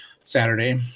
Saturday